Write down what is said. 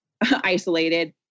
isolated